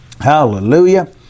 Hallelujah